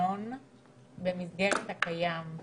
מנגנון במסגרת הקיים,